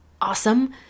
awesome